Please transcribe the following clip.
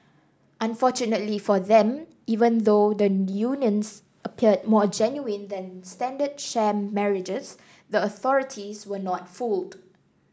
unfortunately for them even though the unions appeared more genuine than standard sham marriages the authorities were not fooled